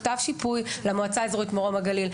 כתב שיפוי למועצה האזורית מרום הגליל,